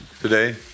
today